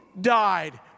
died